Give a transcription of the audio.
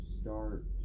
start